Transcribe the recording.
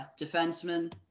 defenseman